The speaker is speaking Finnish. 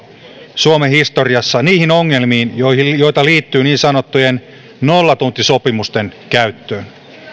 suomen historiassa niihin ongelmiin joita joita liittyy niin sanottujen nollatuntisopimusten käyttöön